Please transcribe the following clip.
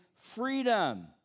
freedom